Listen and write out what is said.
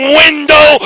window